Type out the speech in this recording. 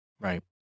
right